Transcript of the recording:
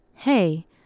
Hey